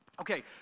Okay